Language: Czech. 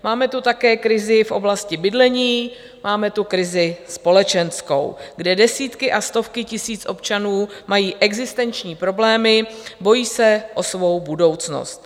Máme tu také krizi v oblasti bydlení, máme tu krizi společenskou, kde desítky a stovky tisíc občanů mají existenční problémy, bojí se o svou budoucnost.